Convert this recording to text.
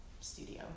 studio